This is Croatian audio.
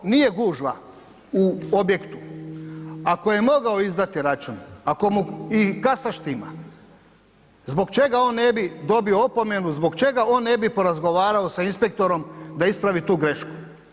Ako nije gužva u objektu, ako je mogao izdati račun, ako mu i kasa štima, zbog čega on ne bi dobio opomenu, zbog čega on ne bi porazgovarao sa inspektorom da ispravi tu grešku.